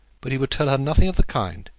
but he would tell her nothing of the kind.